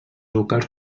vocals